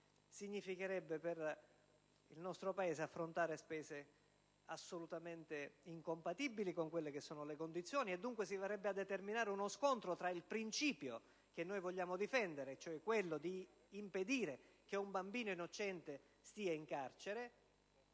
significherebbe per il nostro Paese affrontare spese assolutamente incompatibili con le condizioni. Si verrebbe, dunque, a determinare uno scontro fra il principio che vogliamo difendere (quello d'impedire che un bambino innocente stia in carcere)